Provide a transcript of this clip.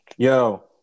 yo